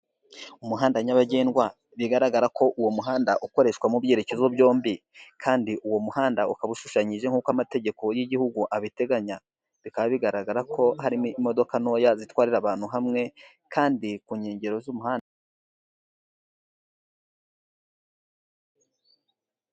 Umuhanda nyabagendwa, bigaragara ko uwo muhanda ukoreshwa mu byerekezo byombi kandi uwo muhanda ukaba ushushanyije nk'uko amategeko y'igihugu abiteganya. Bikaba bigaragara ko harimo imodoka ntoya zitwarira abantu hamwe kandi ku nkengero z'umuhanda...